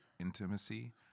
intimacy